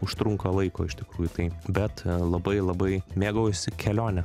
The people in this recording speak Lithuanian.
užtrunka laiko iš tikrųjų tai bet labai labai mėgaujuosi kelione